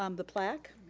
um the plaque.